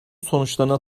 sonuçlarına